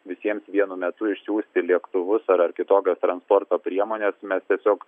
visiems vienu metu išsiųsti lėktuvus ar ar kitokias transporto priemones mes tiesiog